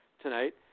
tonight